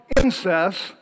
incest